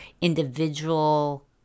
individual